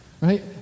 right